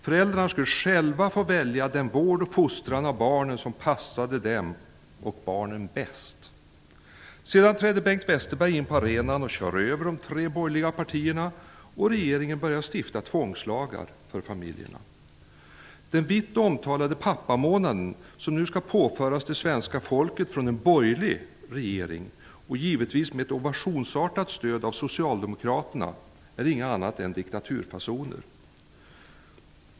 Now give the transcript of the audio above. Föräldrarna skulle själva få välja den vård och fostran av barnen som passade dem och barnen bäst. Sedan trädde Bengt Westerberg in på arenan och körde över de tre borgerliga partierna, och regeringen började stifta tvångslagar för familjerna. Införandet av den vitt omtalade pappamånaden, som nu skall påföras det svenska folket från en borgerlig regering och givetvis med ett ovationsartat stöd av socialdemokraterna, är inget annat än diktaturfasoner.